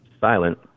silent